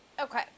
okay